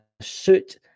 suit